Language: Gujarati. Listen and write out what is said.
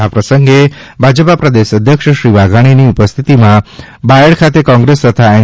આ પ્રસંગે ભાજપા પ્રદેશ અધ્યક્ષ શ્રી જીતુભાઇ વાઘાણીની ઉપસ્થિતિમાં બાયડ ખાતે કોંગ્રેસ તથા એન